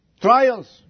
Trials